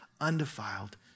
undefiled